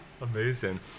Amazing